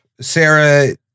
Sarah